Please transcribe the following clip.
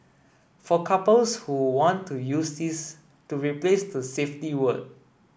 for couples who want to use this to replace the safety word